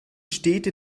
städte